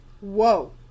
Whoa